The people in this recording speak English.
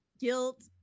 guilt